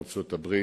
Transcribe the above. ארצות-הברית,